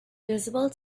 visible